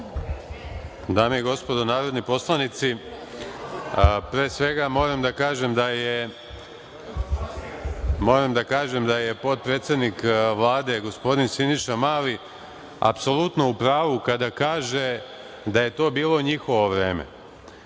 Dame i gospodo narodni poslanici, pre svega, moram da kažem da je potpredsednik Vlade gospodin Siniša Mali apsolutno u pravu kada kaže da je to bilo u njihovo vreme.